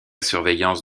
surveillance